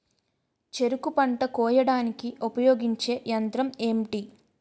చెరుకు పంట కోయడానికి ఉపయోగించే యంత్రం ఎంటి?